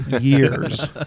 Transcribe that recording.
years